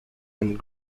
and